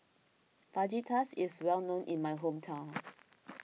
Fajitas is well known in my hometown